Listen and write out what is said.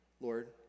Lord